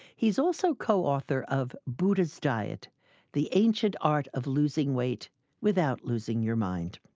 he's also co-author of buddha's diet the ancient art of losing weight without losing your mind.